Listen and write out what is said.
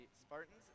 Spartans